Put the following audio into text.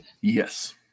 Yes